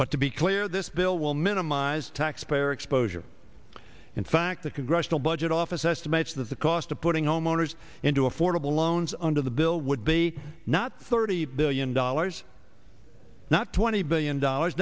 but to be clear this bill will minimize taxpayer exposure in fact the congressional budget office estimates that the cost of putting homeowners into affordable loans under the bill would be not thirty billion dollars not twenty billion dollars